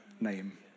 name